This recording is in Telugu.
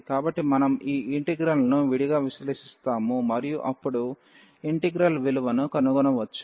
కాబట్టి మనం ఈ ఇంటిగ్రల్ను విడిగా విశ్లేషిస్తాము మరియు అప్పుడు ఇంటిగ్రల్ విలువను కనుగొనవచ్చు